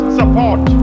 support